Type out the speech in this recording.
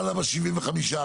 לגמרי.